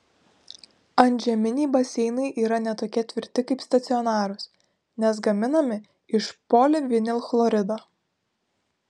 antžeminiai baseinai yra ne tokie tvirti kaip stacionarūs nes gaminami iš polivinilchlorido